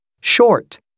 short